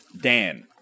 Dan